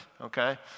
okay